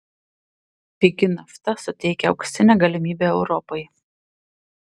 pigi nafta suteikia auksinę galimybę europai